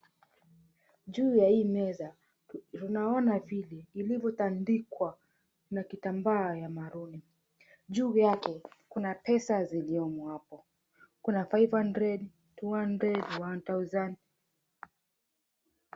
Juu ya hii meza tunaona vile ilivyotandikwa na kitamba ya maruni . Juu yake kuna pesa ziliomo hapo. Kuna five hundred, two hundred, one thousand .